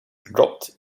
dropped